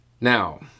Now